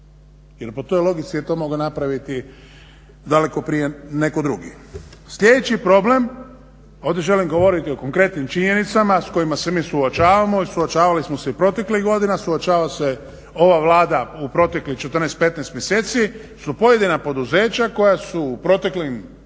jer po toj logici je to mogao napraviti daleko prije netko drugi. Sljedeći problem ovdje želim govoriti o konkretnim činjenicama s kojima se mi suočavamo i suočavali smo se i proteklih godina, suočava se ova Vlada u proteklih 14, 15 mjeseci su pojedina poduzeća koja su u proteklim